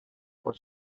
por